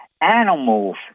animals—